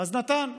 אז נתן,